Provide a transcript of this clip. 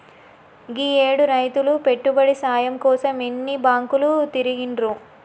గీయేడు రైతులు పెట్టుబడి సాయం కోసం ఎన్ని బాంకులు తిరిగిండ్రో